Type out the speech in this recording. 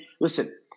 listen